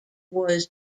was